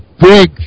big